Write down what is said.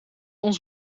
ons